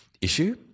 issue